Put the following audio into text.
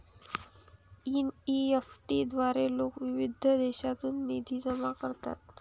NEFT द्वारे लोक विविध देशांतून निधी जमा करतात